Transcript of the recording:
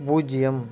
பூஜ்ஜியம்